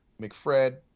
McFred